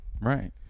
Right